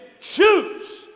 choose